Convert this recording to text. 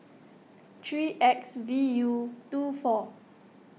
three X V U two four